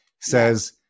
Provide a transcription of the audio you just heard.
says